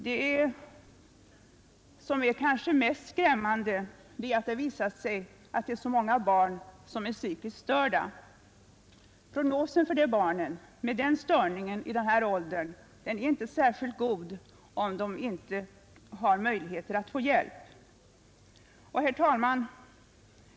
Men det kanske mest skrämmande är att det visar sig att så många barn är psykiskt störda, och prognosen för barn med sådan störning i den åldern är inte särskilt god, om barnen inte har några möjligheter att få hjälp. Herr talman!